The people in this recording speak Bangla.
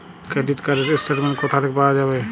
ক্রেডিট কার্ড র স্টেটমেন্ট কোথা থেকে পাওয়া যাবে?